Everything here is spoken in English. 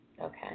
Okay